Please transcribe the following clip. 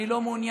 אני לא מעוניין.